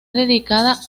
dedicada